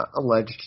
alleged